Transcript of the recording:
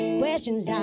questions